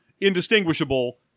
indistinguishable